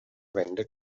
wende